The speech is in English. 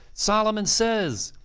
solomon says!